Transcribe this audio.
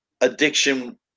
addiction